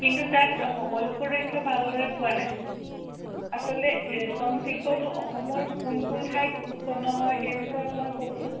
কিন্তু তাত সকলোবোৰ তথ্য ভালদৰে পোৱা নাই আচলতে ৰেশম শিল্পটো অসমৰ কোন কোন ঠাইত উৎপন্ন হয় সেই বিষয়ে অকণমান ক'বচোন